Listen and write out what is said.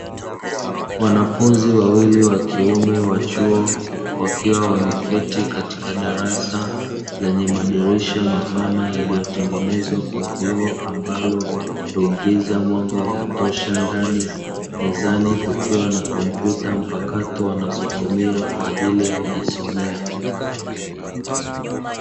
Wanafunzi wawili wakiume wachuo wakiwa wameketi katika darasa lenye madirisha mapana yaliyo tengenezwa kwa vioo ambalo huingiza mwanga wakutosha ndani. Mezani kukiwa na kompyuta mpakato wanazo tumia kwa ajili ya kujisomea.